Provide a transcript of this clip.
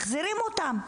מחזירים אותם,